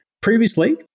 Previously